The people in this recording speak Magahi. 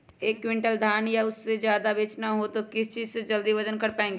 एक क्विंटल धान या उससे ज्यादा बेचना हो तो किस चीज से जल्दी वजन कर पायेंगे?